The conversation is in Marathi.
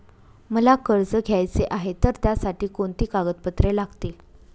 मला कर्ज घ्यायचे आहे तर त्यासाठी कोणती कागदपत्रे लागतील?